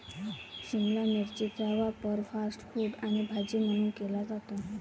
शिमला मिरचीचा वापर fast food आणि भाजी म्हणून केला जातो